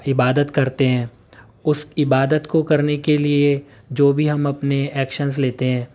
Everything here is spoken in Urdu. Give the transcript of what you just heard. عبادت کرتے ہیں اس عبادت کو کرنے کے لیے جو بھی ہم اپنے ایکشنس لیتے ہیں